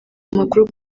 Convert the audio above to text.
amakuru